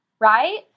right